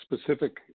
specific